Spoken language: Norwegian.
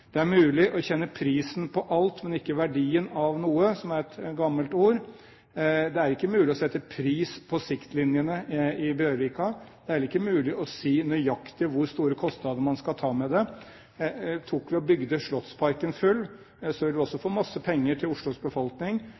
Det er mulig å kjenne prisen på alt, men ikke verdien av noe, er et gammelt ord. Det er ikke mulig å sette pris på siktlinjene i Bjørvika, det er ikke mulig å si nøyaktig hvor store kostnader man skal ta med det. Bygde vi Slottsparken full, ville vi også få mange penger til Oslos befolkning.